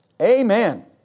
Amen